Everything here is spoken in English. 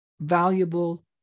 valuable